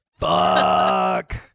Fuck